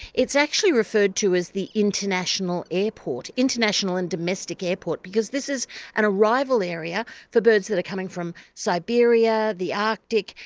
it's actually referred to as the international airport, international and domestic airport, because this is an arrival area for birds that are coming from siberia, the arctic,